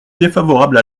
défavorable